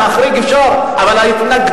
ישיב שר המשפטים.